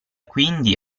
quindi